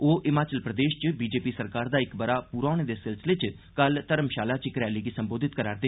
ओह् हिमाचल प्रदेश च बीजेपी सरकार दा इक बरा होने होने दे सिलसिले च कल धर्मशाला च इक रैली गी संबोधित करा' रदे हे